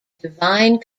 divine